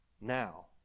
now